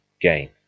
gain